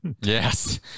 Yes